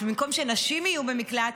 שבמקום שנשים יהיו במקלט,